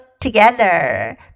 together